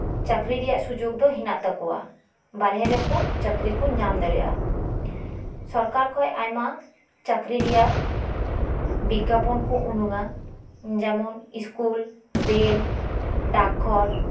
ᱪᱟᱠᱨᱤ ᱨᱮᱭᱟᱜ ᱥᱩᱡᱳᱜᱽ ᱫᱚ ᱦᱮᱱᱟᱜ ᱛᱟᱠᱚᱣᱟ ᱵᱟᱨᱦᱮ ᱨᱮ ᱪᱟᱹᱠᱨᱤᱠᱚ ᱧᱟᱢ ᱫᱟᱲᱮᱭᱟᱜᱼᱟ ᱥᱚᱨᱠᱟᱨ ᱠᱷᱚᱱ ᱟᱭᱢᱟ ᱪᱟᱹᱠᱨᱤ ᱨᱮᱭᱟᱜ ᱵᱤᱜᱽᱜᱟᱯᱚᱱ ᱠᱚ ᱩᱰᱩᱝᱼᱟ ᱡᱮᱢᱚᱱ ᱥᱠᱩᱞ ᱨᱮᱹᱞ ᱰᱟᱠ ᱜᱷᱚᱨ